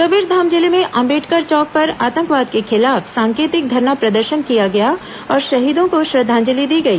कबीरधाम जिले में अंबेडकर चौक पर आतंकवाद के खिलाफ सांकेतिक धरना प्रदर्शन किया गया और शहीदों को श्रद्धांजलि दी गई